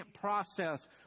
process